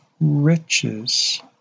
riches